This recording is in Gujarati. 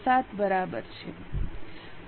07 બરાબર થાય